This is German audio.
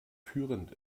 führend